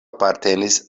apartenis